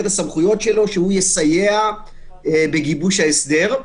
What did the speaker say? הסמכויות שלו שהוא יסייע בגיבוש ההסדר.